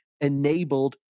enabled